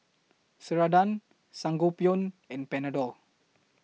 Ceradan Sangobion and Panadol